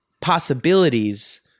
possibilities